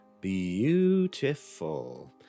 Beautiful